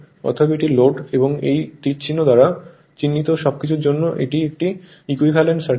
অতএব এটি লোড এবং এই তীর চিহ্ন দ্বারা চিহ্নিত সবকিছুর জন্য এটি একটি ইকুইভ্যালেন্ট সার্কিট